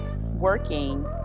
working